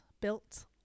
built